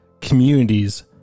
communities